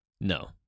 No